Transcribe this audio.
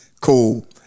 Cool